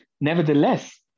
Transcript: Nevertheless